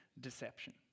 Deception